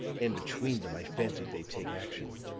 and between them, i fancied they'd take action.